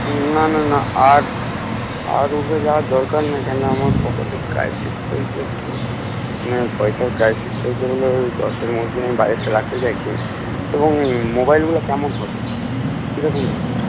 না না না আর আর উপরে যাওয়ার দরকার নাই কারণ আমার পকেটে ক্রাইসিস চলছে একটু মানে পয়সার ক্রাইসিস চলছে বলে ওই দশের মধ্যেই আমি বাজেটটা রাখতে চাইছি এবং মোবাইল গুলো কেমন হবে কি রকম ধরনের